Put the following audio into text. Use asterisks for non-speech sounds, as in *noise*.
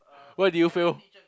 why do you fail *noise*